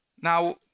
Now